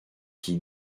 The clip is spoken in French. qui